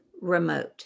remote